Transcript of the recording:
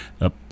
up